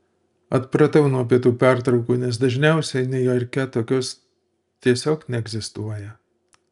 atpratau nuo pietų pertraukų nes dažniausiai niujorke tokios tiesiog neegzistuoja